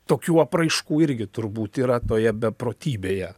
tokių apraiškų irgi turbūt yra toje beprotybėje